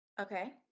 okay